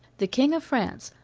the king of france,